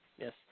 yes